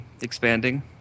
expanding